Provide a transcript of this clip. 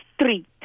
street